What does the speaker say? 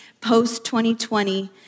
post-2020